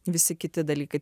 visi kiti dalykai